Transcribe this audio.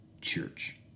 church